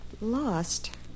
lost